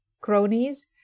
cronies